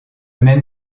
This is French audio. même